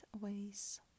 ways